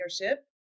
leadership